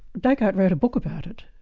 descartes wrote a book about it,